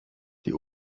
die